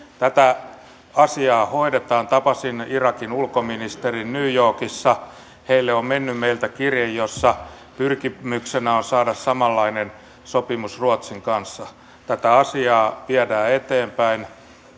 tätä asiaa hoidetaan tapasin irakin ulkoministerin new yorkissa heille on mennyt meiltä kirje jossa pyrkimyksenä on saada samanlainen sopimus kuin heillä on ruotsin kanssa tätä asiaa viedään eteenpäin